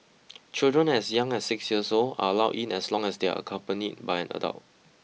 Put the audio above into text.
children as young as six years old are allowed in as long as they are accompanied by an adult